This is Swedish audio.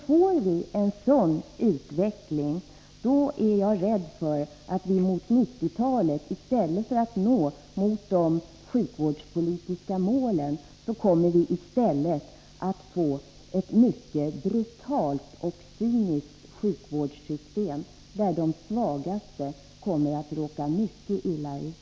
Får vi en sådan utveckling är jag rädd för att vi mot 1990-talet i stället för att nå de sjukvårdspolitiska målen kommer att få ett mycket brutalt och cyniskt sjukvårdssystem där de svagaste råkar mycket illa ut.